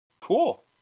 cool